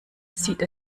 sieht